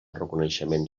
reconeixement